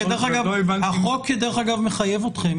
כדרך אגב, החוק מחייב אתכם